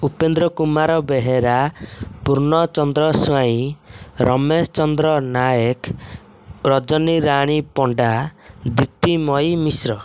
Upendra Kumar Behera Purnachandra Swain Ramesh Chandra Nayak Rajani Rani Panda Diptimayee Mishra